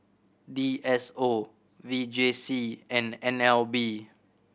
D S O V J C and N L B